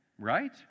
Right